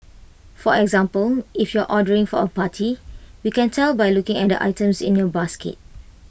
for example if you're ordering for A party we can tell by looking at the items in your basket